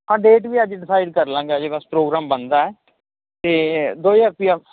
ਹਾਂ ਡੇਟ ਵੀ ਅੱਜ ਹੀ ਡਿਸਾਈਡ ਕਰਲਾਂਗਾ ਜੀ ਬਸ ਪ੍ਰੋਗਰਾਮ ਬਣਦਾ ਐ ਤੇ ਦੋ ਹਜਾਰ ਰੁਪਈਆ